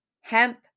hemp